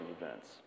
events